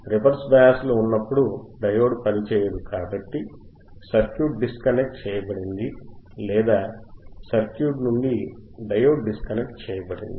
reverse బయాస్లో ఉన్నప్పుడు diode పని చేయదు కాబట్టి సర్క్యూట్ డిస్కనెక్ట్ చేయబడింది లేదా సర్క్యూట్ నుండి డయోడ్ డిస్కనెక్ట్ చేయబడింది